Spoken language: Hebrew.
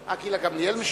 אה, גילה גמליאל משיבה?